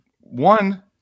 one